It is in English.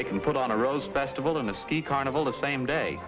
they can put on a rose festival in a ski carnival the same day